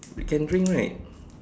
can drink right